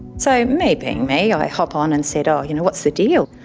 so me being me i hop on and said oh you know what's the deal?